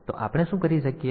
તો આપણે શું કરીએ